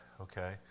okay